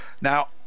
Now